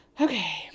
okay